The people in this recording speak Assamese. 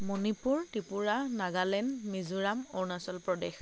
মণিপুৰ ত্ৰিপুৰা নাগালেণ্ড মিজোৰাম অৰুণাচল প্ৰদেশ